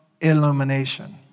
illumination